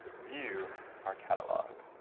view our catalog.